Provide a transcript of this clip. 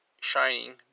shining